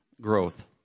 growth